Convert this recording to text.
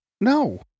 No